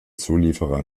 zulieferer